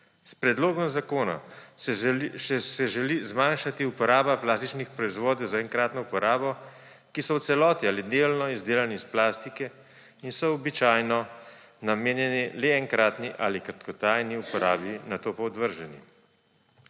S predlogom zakona se želi zmanjšati uporaba plastičnih proizvodov za enkratno uporabo, ki so v celoti ali delno izdelani iz plastike in so običajno namenjeni le enkratni ali kratkotrajni uporabi, nato pa odvrženi.